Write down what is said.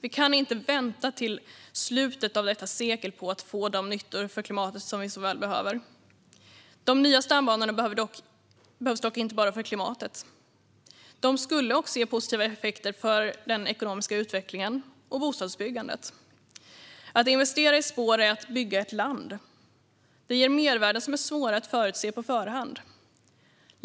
Vi kan inte vänta till slutet av detta sekel på att få de nyttor för klimatet som vi så väl behöver. De nya stambanorna behövs dock inte bara för klimatet. De skulle också ge positiva effekter för den ekonomiska utvecklingen och bostadsbyggandet. Att investera i spår är att bygga ett land. Det ger mervärden som är svåra att förutse.